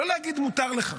לא להגיד: מותר לך.